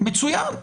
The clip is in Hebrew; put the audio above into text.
מצוין.